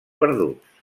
perduts